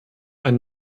ein